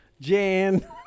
Jan